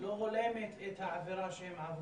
לא הולמת את העבירה שהם עברו,